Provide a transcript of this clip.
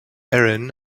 erin